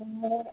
ओंहो